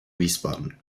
wiesbaden